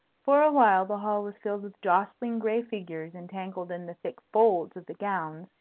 for a while the hall was filled with jostling gray figures entangled in the thick folds of the gowns,